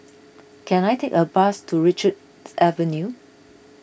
can I take a bus to Richards Avenue